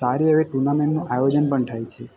સારી એવી ટુર્નામેન્ટનું આયોજન પણ થાય છે